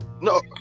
No